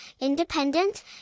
independent